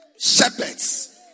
shepherds